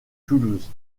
toulouse